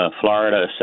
Florida